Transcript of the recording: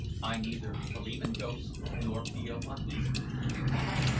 i neither believe in ghosts nor feel uneasy, he replied.